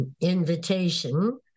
invitation